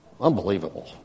Unbelievable